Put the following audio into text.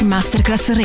Masterclass